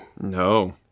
No